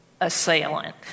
assailant